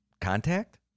contact